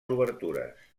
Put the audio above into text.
obertures